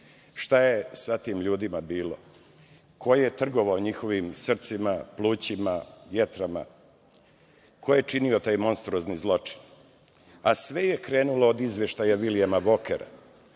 Šta je sa tim ljudima bilo? Ko je trgovao njihovim srcima, plućima, jetrama? Ko je činio taj monstruozni zločin? A, sve je krenulo od izveštaja Vilijama Vokera.